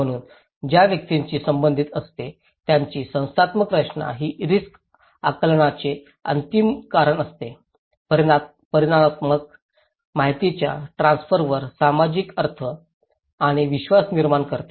म्हणून ज्या व्यक्तीची संबंधित असते त्याची संस्थात्मक रचना ही रिस्क आकलनाचे अंतिम कारण असते परिमाणात्मक माहितीच्या ट्रान्सफरवर सामायिक अर्थ आणि विश्वास निर्माण करणे